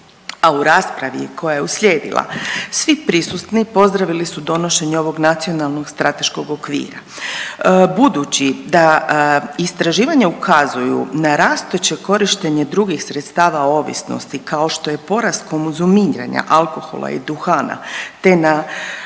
a u raspravi koja je uslijedila svi prisutni pozdravili su donošenje ovog nacionalnog strateškog okvira. Budući da istraživanja ukazuju na rastuće korištenje drugih sredstava ovisnosti kao što je porast konzumiranja alkohola i duhana te na